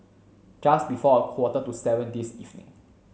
just before a quarter to seven this evening